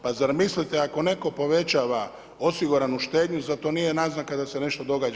Pa zar mislite ako netko povećava osiguranu štednju, zar to nije naznaka da se nešto događa.